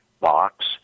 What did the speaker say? box